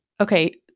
Okay